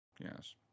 yes